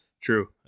True